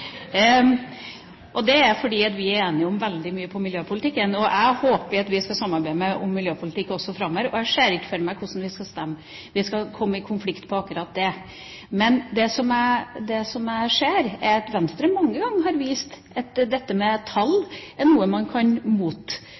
og det er fordi vi er enige om veldig mye i miljøpolitikken. Jeg håper at vi skal samarbeide om miljøpolitikk også framover, og jeg ser ikke for meg hvordan vi skal stemme for at vi skal komme i konflikt på akkurat det. Men det jeg ser, er at Venstre mange ganger har vist at dette med tall er noe man kan